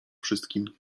wszystkim